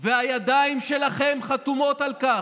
והידיים שלכם חתומות על כך.